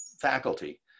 faculty